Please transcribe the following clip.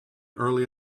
early